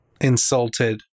insulted